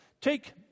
Take